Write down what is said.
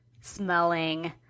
smelling